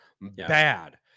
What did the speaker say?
bad